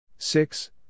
Six